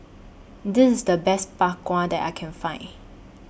This IS The Best Bak Kwa that I Can Find